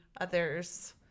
others